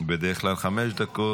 בדרך כלל חמש דקות.